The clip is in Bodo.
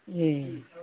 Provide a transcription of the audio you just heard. ए